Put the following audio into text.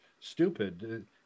Stupid